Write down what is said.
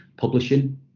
publishing